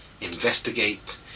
investigate